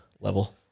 level